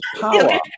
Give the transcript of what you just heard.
power